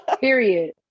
Period